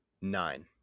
nine